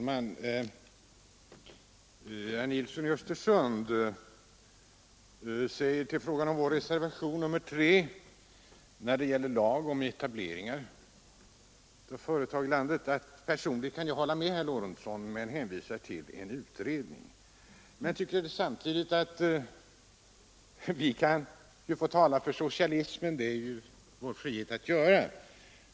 Herr talman! Herr Nilsson i Östersund säger om vår reservation 3, som gäller lag om regionalpolitisk styrning av företagsetableringar, att han personligen kan hålla med mig. Men han hänvisar till en utredning. Samtidigt säger han att vi kan få tala för socialismen och att vi har frihet att göra det.